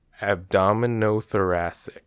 Abdominothoracic